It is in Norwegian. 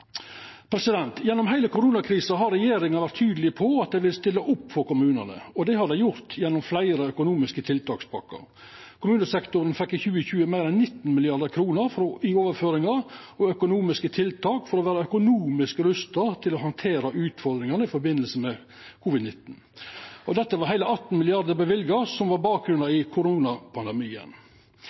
Gjennom heile koronakrisa har regjeringa vore tydeleg på at dei vil stilla opp for kommunane, og det har dei gjort gjennom fleire økonomiske tiltakspakker. Kommunesektoren fekk i 2020 meir enn 19 mrd. kr i overføringar og økonomiske tiltak for å vera økonomisk rusta til å handtere utfordringane i samband med covid-19. Av dette var heile 18 mrd. kr løyvingar som var grunngjevne i koronapandemien.